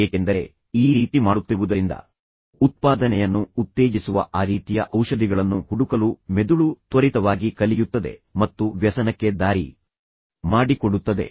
ಏಕೆಂದರೆ ಈ ರೀತಿ ಮಾಡುತ್ತಿರುವುದರಿಂದ ಉತ್ಪಾದನೆಯನ್ನು ಉತ್ತೇಜಿಸುವ ಆ ರೀತಿಯ ಔಷಧಿಗಳನ್ನು ಹುಡುಕಲು ಮೆದುಳು ತ್ವರಿತವಾಗಿ ಕಲಿಯುತ್ತದೆ ಮತ್ತು ವ್ಯಸನಕ್ಕೆ ದಾರಿ ಮಾಡಿಕೊಡುತ್ತದೆ